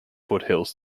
foothills